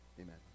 amen